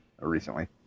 recently